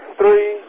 three